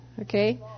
okay